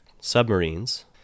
submarines